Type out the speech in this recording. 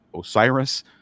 Osiris